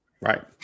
Right